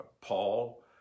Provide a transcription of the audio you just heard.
Paul